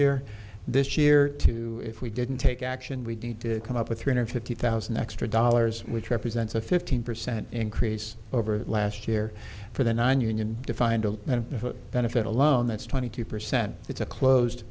year this year if we didn't take action we need to come up with three hundred fifty thousand extra dollars which represents a fifteen percent increase over last year for the nonunion defined benefit alone that's twenty two percent it's a closed